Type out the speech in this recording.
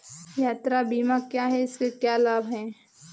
यात्रा बीमा क्या है इसके क्या लाभ हैं?